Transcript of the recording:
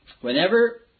Whenever